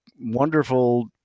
wonderful